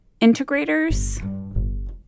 integrators